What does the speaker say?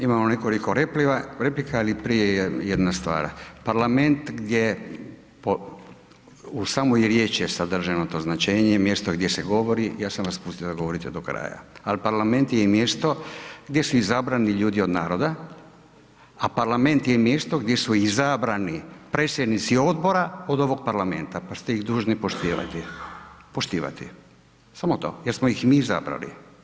Da, imamo nekoliko replika, ali prije je jedna stvar, parlament gdje, u samoj je riječi sadrženo to značenje i mjesto gdje se govori, ja sam vas pustio da govorite do kraja, al parlament je i mjesto gdje su izabrani ljudi od naroda, a parlament je mjesto gdje su izabrani predsjednici odbora od ovog parlamenta, pa ste ih dužni poštivati, poštivati, samo to jer smo ih mi izabrali.